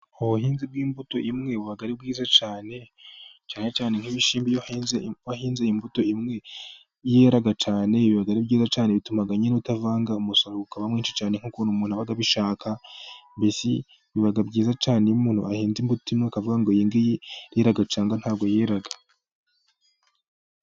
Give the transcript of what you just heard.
Ubuhinzi bw'imbuto imwe buba ari bwiza cyane, cyane cyane nk'ibishyimbo iyo wahinze imbuto imwe yera cyane, biba ari byiza cyane, bituma nyine utavanga umusaro ukaba mwinshi cyane, nk'ukuntu umuntu aba abishaka, biba byiza cyane iyo umuntu ahinga imbuto, akavuga ngo iyingiyi irera cyangwa ntiyera.